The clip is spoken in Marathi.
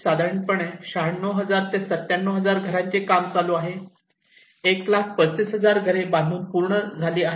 साधारणपणे 96000 ते 97000 घरांचे काम चालू आहे तर 1 35 000 घरे बांधून पूर्ण झाली आहेत